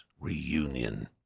reunion